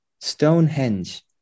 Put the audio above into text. Stonehenge